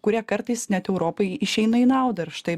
kurie kartais net europai išeina į naudą ir štai